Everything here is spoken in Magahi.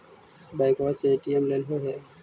बैंकवा से ए.टी.एम लेलहो है?